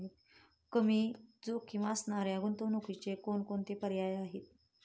कमी जोखीम असणाऱ्या गुंतवणुकीचे कोणकोणते पर्याय आहे?